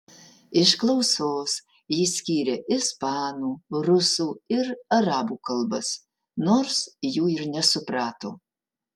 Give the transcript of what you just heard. iš klausos jis skyrė ispanų rusų ir arabų kalbas nors jų ir nesuprato